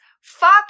Fuck